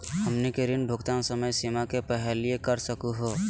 हमनी के ऋण भुगतान समय सीमा के पहलही कर सकू हो?